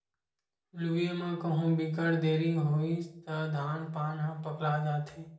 लूए म कहु बिकट देरी होइस त धान पान ह पकला जाथे